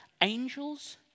angels